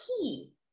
key